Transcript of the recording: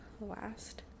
last